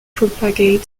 propagate